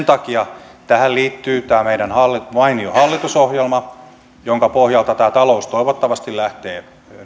takia tähän liittyy tämä meidän mainio hallitusohjelmamme jonka pohjalta tämä talous toivottavasti lähtee